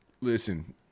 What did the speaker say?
listen